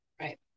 Right